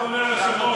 כי דני אמר כבר הכול.